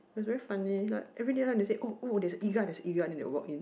it's very funny like every day they said oh oh there is EGA there is EGA then they walk in